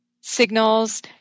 signals